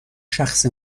شخص